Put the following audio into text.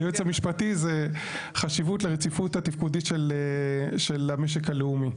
הייעוץ המשפטי זה חשיבות לרציפות התפקודית של המשק הלאומי.